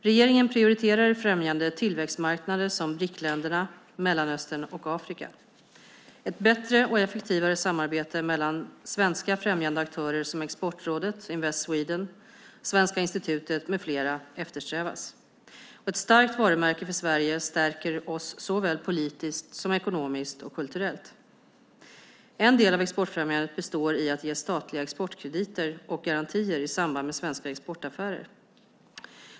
Regeringen prioriterar i främjandet tillväxtmarknader som BRIC-länderna, Mellanöstern och Afrika. Ett bättre och effektivare samarbete mellan svenska främjandeaktörer som Exportrådet, Invest Sweden, Svenska institutet med flera eftersträvas. Ett starkt varumärke för Sverige stärker oss såväl politiskt som ekonomiskt och kulturellt. En del av exportfrämjandet består i att ge statliga exportkrediter och garantier i samband med svenska exportaffärer.